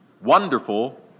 Wonderful